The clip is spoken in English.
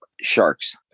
Sharks